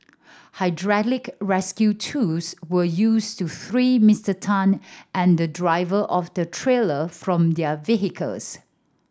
hydraulic rescue tools were used to free Mister Tan and the driver of the trailer from their vehicles